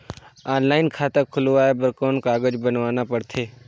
Online खाता खुलवाय बर कौन कागज बनवाना पड़थे?